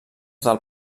del